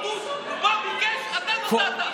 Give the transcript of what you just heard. הוא בא, ביקש, אתה נתת.